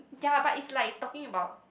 yea but it's like talking about